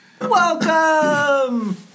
Welcome